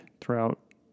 throughout